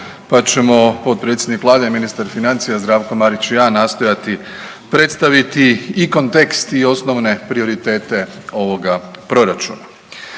pa ćemo potpredsjednik Vlade i ministar financija Zdravko Marić i ja nastojati predstaviti i kontekst i osnovne prioritete ovoga proračuna.